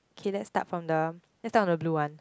okay lets start from the lets start from the blue one